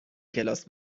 کلاس